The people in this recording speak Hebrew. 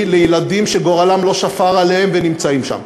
לילדים שגורלם לא שפר עליהם והם נמצאים שם,